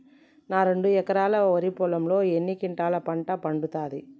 నా రెండు ఎకరాల వరి పొలంలో ఎన్ని క్వింటాలా పంట పండుతది?